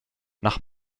nach